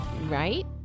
Right